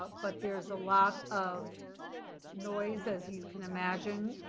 ah but there's a lot of noise. as you can imagine,